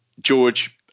George